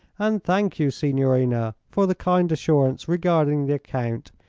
and thank you, signorina, for the kind assurance regarding the account.